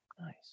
Nice